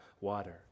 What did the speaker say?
water